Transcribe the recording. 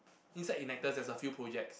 inside Enactus there's a few projects